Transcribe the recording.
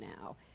now